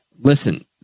listen